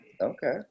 Okay